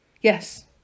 Yes